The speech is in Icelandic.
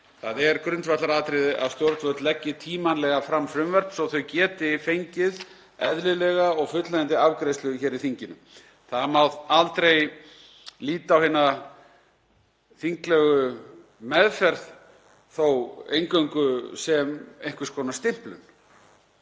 Það er grundvallaratriði að stjórnvöld leggi tímanlega fram frumvörp svo þau geti fengið eðlilega og fullnægjandi afgreiðslu hér í þinginu. Það má aldrei líta á hina þinglegu meðferð þó eingöngu sem einhvers konar stimplun.